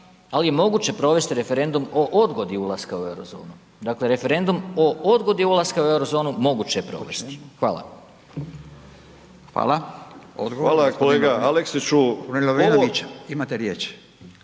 ali je moguće provesti referendum o odgodi ulaska u Eurozonu. Dakle referendum o odgodi ulaska u Eurozonu moguće je provesti. Hvala. **Radin, Furio (Nezavisni)**